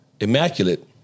immaculate